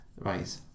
right